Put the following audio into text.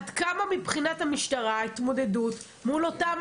עד כמה מבחינת המשטרה ההתמודדות מול אותם